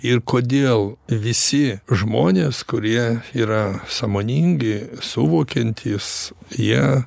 ir kodėl visi žmonės kurie yra sąmoningi suvokiantys jie